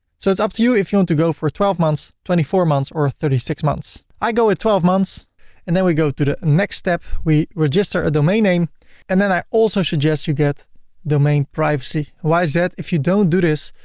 so it's up to you, if you want to go for twelve months, twenty four months or thirty six months. i go with twelve months and then we go to the next step. we register a domain name and then i also suggest you get domain privacy. why is that? if you don't do this,